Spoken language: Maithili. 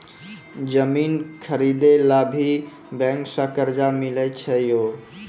जमीन खरीदे ला भी बैंक से कर्जा मिले छै यो?